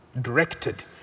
directed